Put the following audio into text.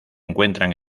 encuentran